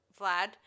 Vlad